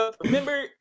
Remember